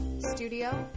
studio